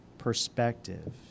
perspective